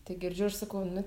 tik girdžiu ir sakau nu